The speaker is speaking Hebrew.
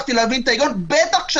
היגיון להתחיל